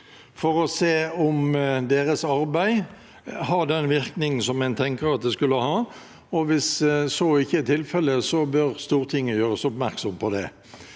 for å se om deres arbeid har den virkning som en tenker at det skal ha. Hvis så ikke er tilfellet, bør Stortinget gjøres oppmerksom på det.